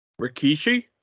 Rikishi